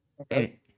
okay